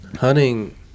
hunting